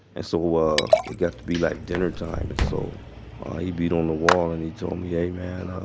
and so um ah it got to be like dinnertime and so he beat on the wall and he told me, ah man,